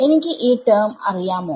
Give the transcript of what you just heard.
എനിക്ക് ഈ ടെർമ് അറിയാമോ